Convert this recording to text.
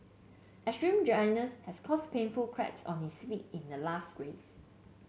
extreme dryness has caused painful cracks on his feet in the last race